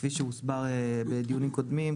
כפי שהוסבר בדיונים קודמים,